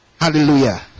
hallelujah